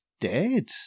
dead